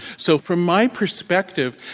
so, from my perspective,